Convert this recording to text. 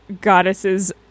goddesses